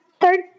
third